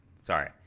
Sorry